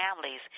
families